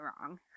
wrong